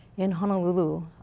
in honolulu,